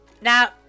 now